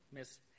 Miss